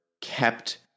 kept